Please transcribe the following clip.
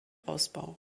ausbau